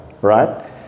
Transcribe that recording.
right